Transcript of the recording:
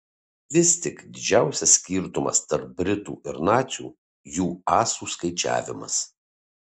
vis tik didžiausias skirtumas tarp britų ir nacių jų asų skaičiavimas